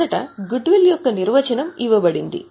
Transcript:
మొదట గుడ్విల్ యొక్క నిర్వచనం ఇవ్వబడింది